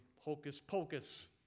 hocus-pocus